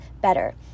better